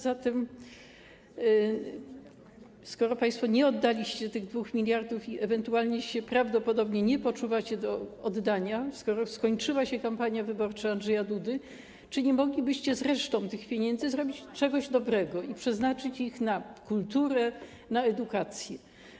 Zatem skoro państwo nie oddaliście tych 2 mld i prawdopodobnie nie poczuwacie się do ich oddania, skoro skończyła się kampania wyborcza Andrzeja Dudy, czy nie moglibyście z resztą tych pieniędzy zrobić czegoś dobrego i przeznaczyć ich na kulturę, edukację?